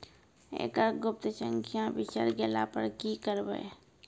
एकरऽ गुप्त संख्या बिसैर गेला पर की करवै?